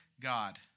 God